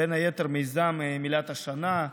בין היתר מיזם מילת השנה,